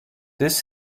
this